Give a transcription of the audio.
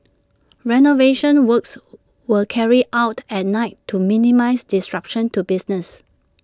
renovation works were carried out at night to minimise disruption to business